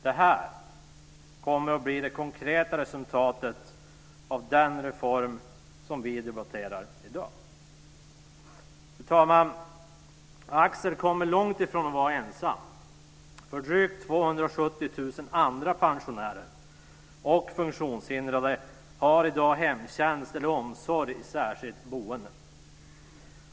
Detta kommer att bli det konkreta resultatet av den reform som vi debatterar i dag. Fru talman! Axel kommer långt ifrån att vara ensam. Drygt 270 000 andra pensionärer och funktionshindrade har i dag hemtjänst eller omsorg i särskilt boende.